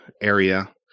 area